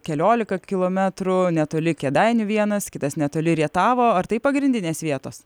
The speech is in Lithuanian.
keliolika kilometrų netoli kėdainių vienas kitas netoli rietavo ar tai pagrindinės vietos